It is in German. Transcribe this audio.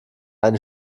eine